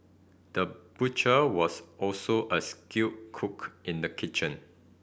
the butcher was also a skilled cook in the kitchen